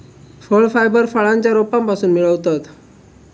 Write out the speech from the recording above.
फळ फायबर फळांच्या रोपांपासून मिळवतत